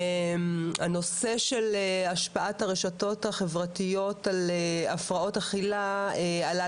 הנושא של השפעת הרשתות החברתיות על הפרעות אכילה עלה